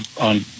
on